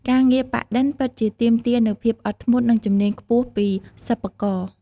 ការងារ ប៉ាក់-ឌិន ពិតជាទាមទារនូវភាពអត់ធ្មត់ និងជំនាញខ្ពស់ពីសិប្បករ។